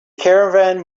caravan